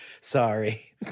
Sorry